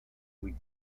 will